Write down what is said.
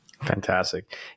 Fantastic